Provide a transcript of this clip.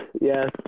yes